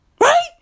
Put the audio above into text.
Right